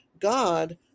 God